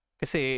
kasi